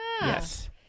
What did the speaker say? yes